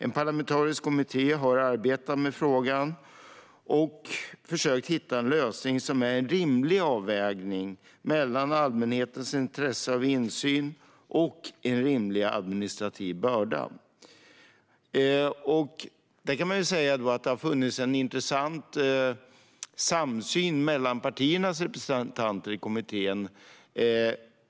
En parlamentarisk kommitté har arbetat med frågan och försökt hitta en lösning som utgör en rimlig avvägning mellan allmänhetens intresse av insyn och en rimlig administrativ börda. Det har funnits en intressant samsyn mellan partiernas representanter i kommittén.